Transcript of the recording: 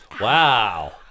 Wow